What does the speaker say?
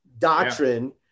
doctrine